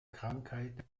krankheit